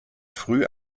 früh